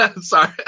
sorry